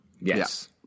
Yes